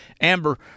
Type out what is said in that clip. Amber